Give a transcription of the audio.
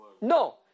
No